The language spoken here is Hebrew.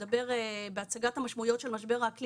שמדבר על הצגת המשמעויות של משבר האקלים